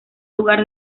lugar